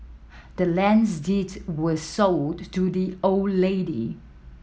the land's deed was sold to the old lady